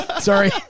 Sorry